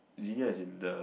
Xenia is in the